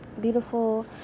beautiful